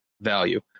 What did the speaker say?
value